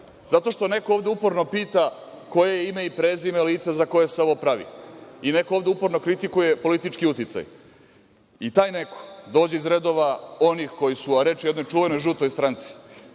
Zato što neko ovde uporno pita – koje je ime i prezime lica za koje se ovo pravi i neko ovde uporno kritikuje politički uticaj i taj neko dođe iz redova onih koji su, a reč je o jednoj čuvenoj žutoj stranci,